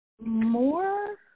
more